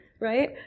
right